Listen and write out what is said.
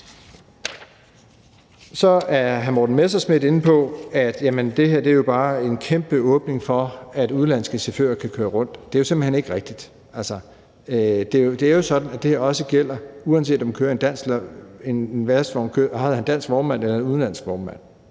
Så er hr. Morten Messerschmidt inde på, at det her bare er en kæmpe åbning for, at udenlandske chauffører kan køre rundt. Det er jo simpelt hen ikke rigtigt, altså. Det er jo sådan, at det her også gælder, uanset om man kører for en dansk vognmand eller for en udenlandsk vognmand